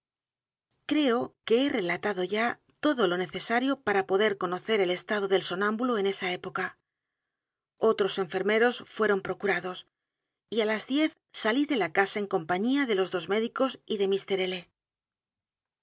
creo que he relatado ya todo lo necesario p a r a poder conocer el estado del sonámbulo en esa época otros enfermer o s fueron procurados y á las diez salí de la casa eri compañía de los dos médicos y de